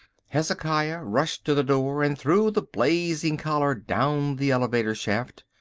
hezekiah rushed to the door and threw the blazing collar down the elevator shaft.